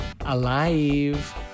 alive